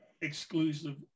exclusive